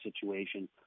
situation